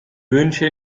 wünsche